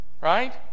right